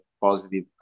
positive